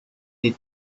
they